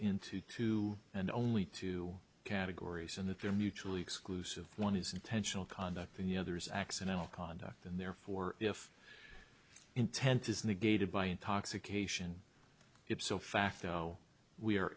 into two and only two categories and that they're mutually exclusive one is intentional conduct and the other is accidental conduct and therefore if intent is negated by intoxication ipso facto we are